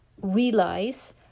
realize